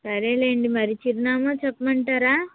సరే లేండి మరి చిరునామా చెప్పమంటారా